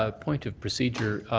ah point of procedure.